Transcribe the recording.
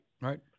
right